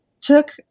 took